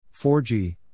4G